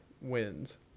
wins